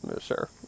Sure